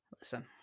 Listen